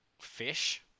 fish